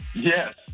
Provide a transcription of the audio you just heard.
Yes